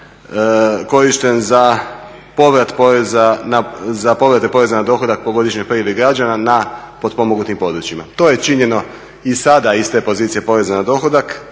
korišten za povrate poreza na dohodak po godišnjoj prijavi građana na potpomognutim područjima. To je činjeno i sada iz te pozicije poreza na dohodak